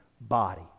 body